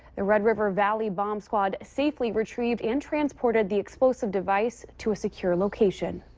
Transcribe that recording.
the red river valley bomb squad safely retrieved and transported the explosive device to a secure location.